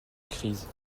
crise